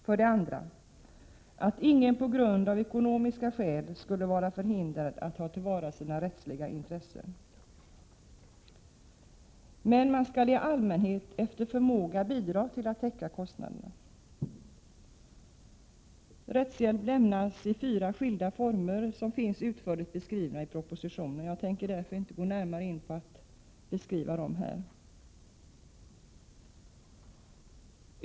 För det andra skall ingen av ekonomiska skäl vara förhindrad att ta till vara sina rättsliga intressen. Men man skall i allmänhet efter förmåga bidra till att täcka kostnaderna. Rättshjälp finns i fyra skilda former, vilka finns utförligt beskrivna i propositionen. Jag tänker därför inte närmare gå in på att beskriva dem.